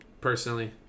personally